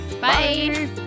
Bye